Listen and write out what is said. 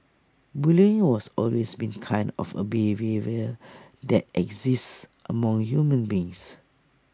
bullying was always been kind of A that exists among human beings